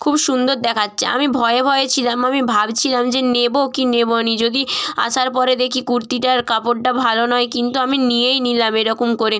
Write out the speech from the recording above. খুব সুন্দর দেখাচ্ছে আমি ভয় ভয়ে ছিলাম আমি ভাবছিলাম যে নেব কি নেব না যদি আসার পরে দেখি কুর্তিটার কাপড়টা ভালো নয় কিন্তু আমি নিয়েই নিলাম এরকম করে